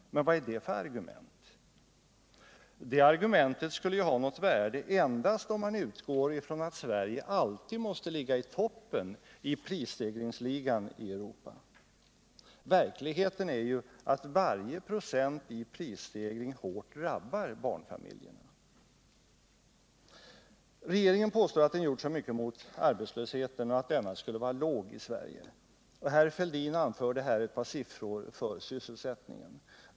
Men vad är det för argument! Det argumentet skulle kunna ha något värde endast, om man utgår från att Sverige alltid måste ligga i toppen i prisstegringsligan i Europa. Verkligheten är ju att varje procent i prisstegring hårt drabbar barnfamiljerna. Regeringen påstår att den gjort mycket mot arbetslösheten och att denna nu skulle vara låg i Sverige. Herr Fälldin anförde här ett par siffror beträffande sysselsättningen.